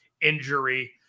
injury